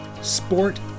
sport